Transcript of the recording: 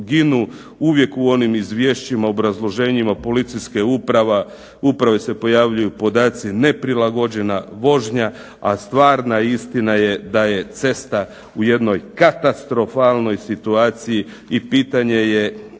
Uvijek u onim izvješćima, obrazloženjima policijskih uprava se pojavljuju podaci neprilagođena vožnja, a stvarna istina je da je cesta u jednoj katastrofalnoj situaciji i pitanje je